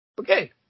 Okay